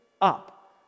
up